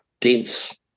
dense